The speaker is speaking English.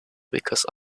because